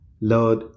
Lord